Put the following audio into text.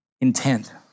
intent